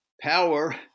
power